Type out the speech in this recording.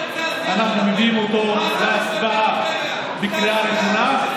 אנחנו מביאים אותו להצבעה בקריאה ראשונה,